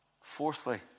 Fourthly